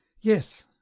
yes